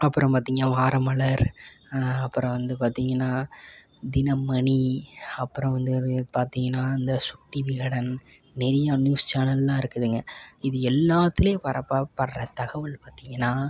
அப்புறம் பார்த்திங்க வாரமலர் அப்புறம் வந்து பார்த்திங்கனா தினமணி அப்புறம் வந்து பார்த்திங்கனா இந்த சுட்டி விகடன் நிறைய நியூஸ் சேனல்லாம் இருக்குதுங்க இது எல்லாத்திலயும் வர்ற ப படுற தகவல் பார்த்திங்கனா